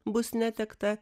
bus netekta